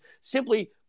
simply